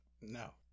No